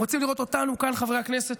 הם רוצים לראות אותנו כאן, חברי הכנסת,